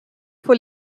for